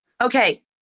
Okay